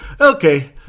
Okay